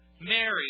Mary